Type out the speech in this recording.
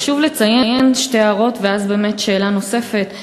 חשוב לציין שתי הערות, ואז שאלה נוספת.